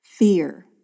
fear